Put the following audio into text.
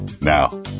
Now